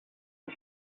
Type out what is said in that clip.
and